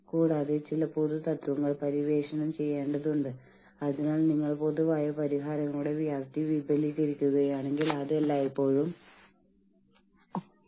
കൂടാതെ ഒരു യൂണിയൻ രൂപീകരിക്കാതിരിക്കാൻ ആളുകൾക്ക് അത് ഒരു വലിയ പ്രോത്സാഹനമാണ്